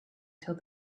till